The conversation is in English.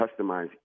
customize